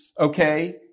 okay